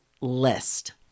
list